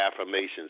affirmations